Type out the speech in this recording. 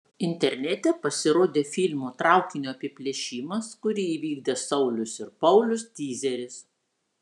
internete pasirodė filmo traukinio apiplėšimas kurį įvykdė saulius ir paulius tyzeris